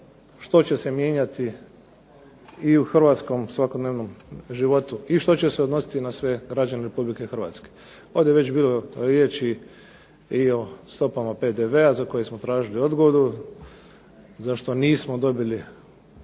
što će se mijenjati i u hrvatskom svakodnevnom životu i što će se odnositi na sve građane Republike Hrvatske. Ovdje je već bilo riječi i o stopama PDV-a za koje smo tražili odgodu za što nismo dobili